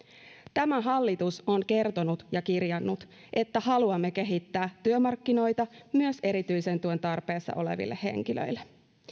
tämä hallitus on kertonut ja kirjannut että haluamme kehittää työmarkkinoita myös erityisen tuen tarpeessa oleville henkilöille